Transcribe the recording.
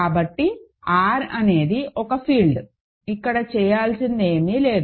కాబట్టి R అనేది ఒక ఫీల్డ్ ఇక్కడ చేయవలసింది ఏమీ లేదు